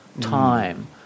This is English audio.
time